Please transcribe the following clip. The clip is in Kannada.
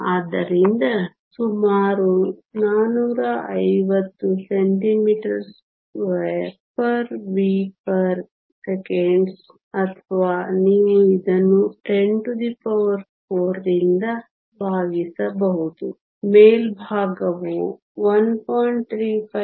ಆದ್ದರಿಂದ ಸುಮಾರು 450 cm2 V 1 s 1 ಅಥವಾ ನೀವು ಇದನ್ನು 104 ರಿಂದ ಭಾಗಿಸಬಹುದು ಮೇಲ್ಭಾಗವು 1